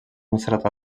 mostrat